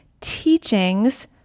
teachings